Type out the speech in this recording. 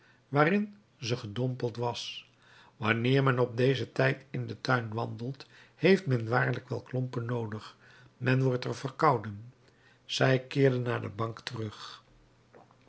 waarin ze gedompeld was wanneer men op dezen tijd in den tuin wandelt heeft men waarlijk wel klompen noodig men wordt er verkouden zij keerde naar de bank terug